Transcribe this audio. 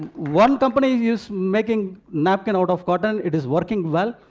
one company is making napkin out of cotton. it is working well.